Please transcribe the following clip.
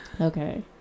Okay